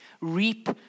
reap